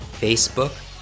Facebook